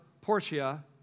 Portia